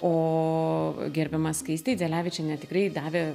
o gerbiama skaistė dzelevičienė tikrai davė